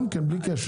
בלי קשר.